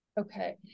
Okay